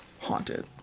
haunted